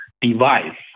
device